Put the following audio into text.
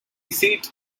seat